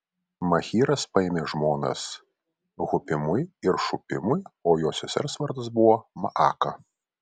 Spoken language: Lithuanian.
machyras paėmė žmonas hupimui ir šupimui o jo sesers vardas buvo maaka